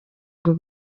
ngo